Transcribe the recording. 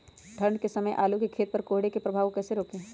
ठंढ के समय आलू के खेत पर कोहरे के प्रभाव को कैसे रोके?